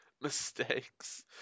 mistakes